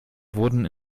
wurden